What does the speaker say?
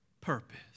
purpose